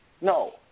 No